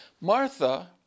Martha